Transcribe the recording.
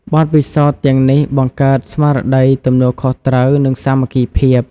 បទពិសោធន៍ទាំងនេះបង្កើតស្មារតីទំនួលខុសត្រូវ និងសាមគ្គីភាព។